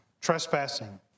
trespassing